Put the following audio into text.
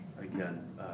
Again